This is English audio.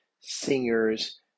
singers